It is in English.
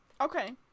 Okay